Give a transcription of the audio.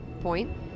point